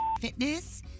Fitness